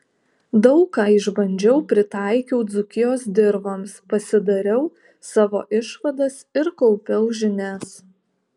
daug ką išbandžiau pritaikiau dzūkijos dirvoms pasidariau savo išvadas ir kaupiau žinias